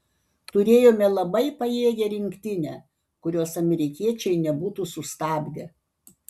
turėjome labai pajėgią rinktinę kurios amerikiečiai nebūtų sustabdę